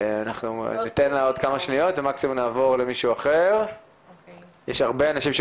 ולפני ארבעים שנה